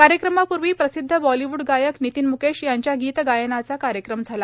कार्यक्रमापूर्वी प्रसिध्द बॉलिवूड गायक नितीन म्केश यांच्या गीतगायनाचा कार्यक्रम झाला